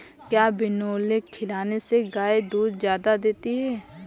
क्या बिनोले खिलाने से गाय दूध ज्यादा देती है?